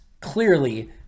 Clearly